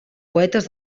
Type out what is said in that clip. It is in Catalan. poetes